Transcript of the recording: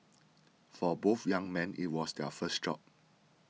for both young men it was their first job